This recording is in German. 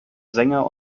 sänger